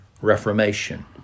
Reformation